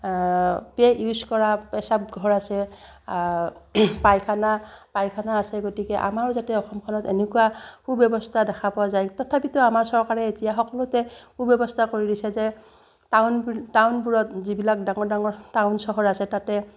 pay use কৰা পেচাব ঘৰ আছে পায়খানা পায়খানা আছে গতিকে আমাৰো যাতে অসমখনত এনেকুৱা সু ব্যৱস্থা দেখা পোৱা যায় তথাপিতো আমাৰ চৰকাৰে এতিয়া সকলোতে সু ব্যৱস্থা কৰি দিছে যে টাউন টাউনবোৰত যিবিলাক ডাঙৰ ডাঙৰ টাউন চহৰ আছে তাতে